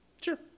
Sure